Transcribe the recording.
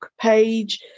page